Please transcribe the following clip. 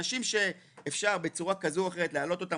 אנשים שאפשר בצורה כזו או אחרת להעלות אותם